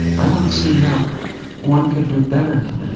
i don't see how one could do better than that